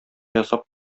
ясап